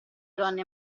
donne